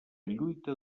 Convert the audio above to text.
lluita